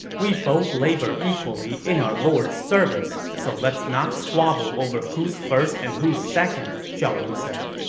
we both labor equally in our lord's service, so let's not squabble over who's first and who's second, zhao yun said.